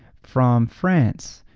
from france,